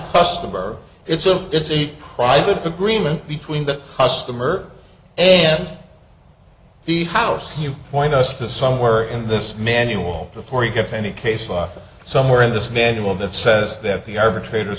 customer it's a it's a private agreement between that customer and the house you point us to somewhere in this manual before you get any case off somewhere in this manual that says that the arbitrator